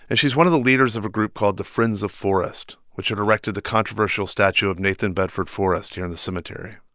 and she is one of the leaders of a group called the friends of forrest, which had erected a controversial statue of nathan bedford forrest here in the cemetery.